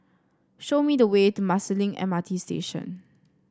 show me the way to Marsiling M R T Station